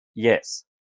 Yes